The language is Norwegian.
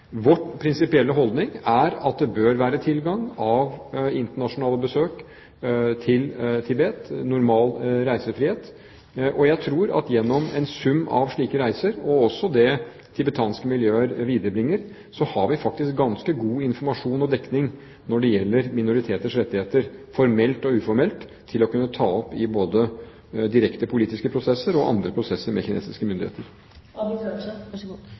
prinsipielle holdning er at det bør være tilgang til internasjonale besøk til Tibet, dvs. normal reisefrihet. Jeg tror at gjennom en sum av slike reiser, og også gjennom det tibetanske miljøer viderebringer, har vi faktisk ganske god informasjon og dekning når det gjelder minoriteters rettigheter, formelt og uformelt, til å kunne ta det opp med kinesiske myndigheter både i direkte politiske prosesser og i andre prosesser.